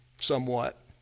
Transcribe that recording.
somewhat